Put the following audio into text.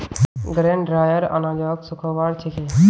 grain dryer अनाजक सुखव्वार छिके